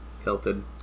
Tilted